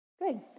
Good